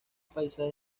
paisaje